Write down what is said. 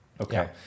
Okay